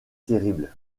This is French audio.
terribles